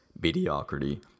mediocrity